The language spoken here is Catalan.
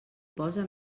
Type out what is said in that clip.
posa